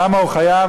כמה הוא חייב?